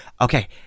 Okay